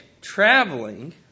traveling